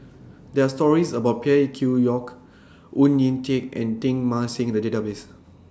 There Are stories about Phey Yew Kok Oon Jin Teik and Teng Mah Seng in The Database